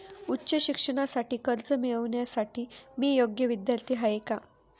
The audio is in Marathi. उच्च शिक्षणासाठी कर्ज मिळविण्यासाठी मी योग्य विद्यार्थी आहे का?